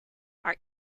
are